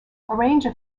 arranger